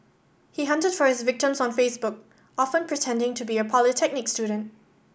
he hunted for his victims on Facebook often pretending to be a polytechnic student